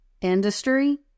industry